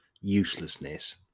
uselessness